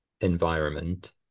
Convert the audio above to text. environment